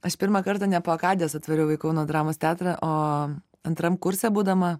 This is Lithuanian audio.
aš pirmą kartą ne po akadės atvažiavau į kauno dramos teatrą o antram kurse būdama